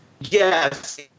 Yes